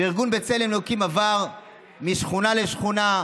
ארגון בצלם אלוקים עבר משכונה לשכונה,